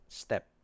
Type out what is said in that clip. step